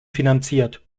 finanziert